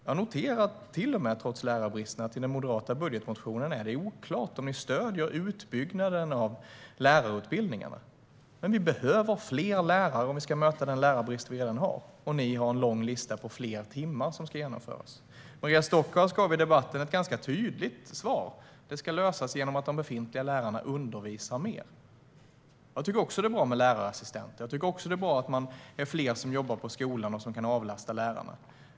Jag har noterat att det, trots lärarbristen, är oklart i Moderaternas budgetmotion om de stöder utbyggnaden av lärarutbildningarna. Vi behöver fler lärare om vi ska kunna möta den lärarbrist vi redan har, och då har Moderaterna en lång lista med fler timmar som ska genomföras. Maria Stockhaus gav i debatten ett tydligt svar: Det ska lösas genom att de befintliga lärarna undervisar mer. Jag tycker också att det är bra med lärarassistenter och att man är fler som jobbar i skolan och kan avlasta lärarna.